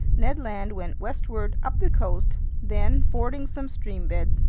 ned land went westward up the coast then, fording some stream beds,